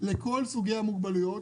לכל סוגי המוגבלויות,